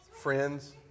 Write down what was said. Friends